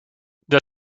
the